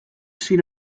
seen